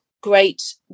Great